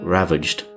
ravaged